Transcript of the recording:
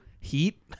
Heat